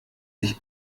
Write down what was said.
sich